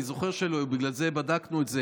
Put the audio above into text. אני זוכר שלא היו, ובגלל זה בדקנו את זה.